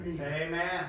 Amen